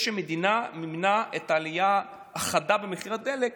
המדינה מימנה את העלייה החדה במחיר הדלק,